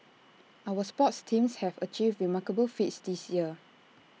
our sports teams have achieved remarkable feats this year